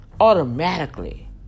automatically